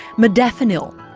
modafinil,